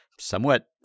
Somewhat